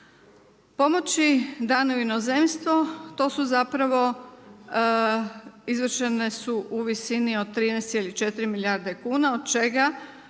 Pomoći dane u inozemstvo, to su zapravo izvršene su u visini od 13,4 milijarde kuna od čega